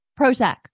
Prozac